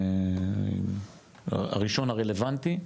הראשון הרלוונטי,